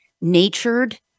natured